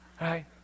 right